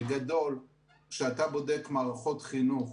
בגדול, כשאתה בודק מערכות חינוך,